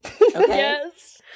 Yes